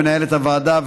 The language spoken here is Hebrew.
מנהלת הוועדה,